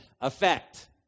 effect